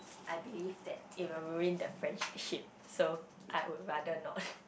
I believe that it will ruin the friendship so I would rather not